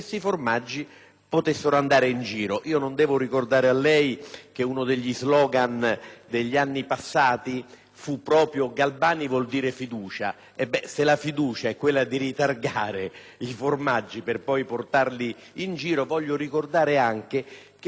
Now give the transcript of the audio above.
potessero andare in giro. Non devo ricordare a lei che uno degli *slogan* degli anni passati fu proprio: «Galbani vuol dire fiducia»; se la fiducia è quella di ritargare i formaggi per poi portarli in giro... Voglio ricordare anche che numerosi